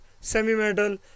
semi-metal